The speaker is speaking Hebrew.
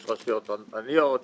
יש רשויות עניות,